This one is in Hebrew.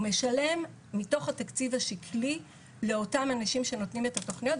הוא משלם מתוך התקציב השקלי לאותם אנשים שנותנים את התוכניות,